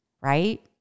right